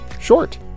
short